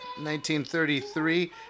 1933